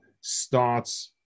starts